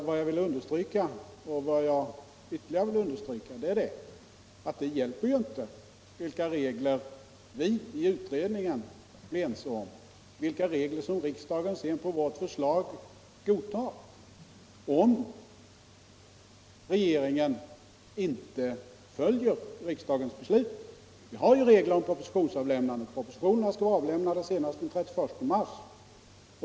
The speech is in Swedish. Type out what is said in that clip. Men vad jag ytterligare vill understryka är att det hjälper inte vilka regler vi i utredningen blir ense om — och vilka regler som riksdagen sedan på vårt förslag godtar — om regeringen inte följer riksdagens beslut. Vi har ju regler om propositionsavlämnande. Propositionerna skall vara avlämnade senast den 31 mars.